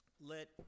Let